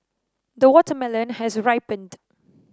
the watermelon has ripened